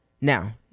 Now